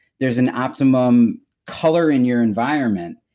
there's an optimum color in your environment,